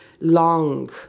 long